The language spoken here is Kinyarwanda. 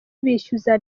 bishyuza